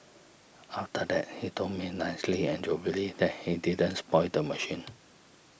after that he told me nicely and jovially that he didn't spoil the machine